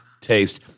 taste